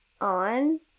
on